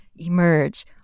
emerge